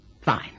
Fine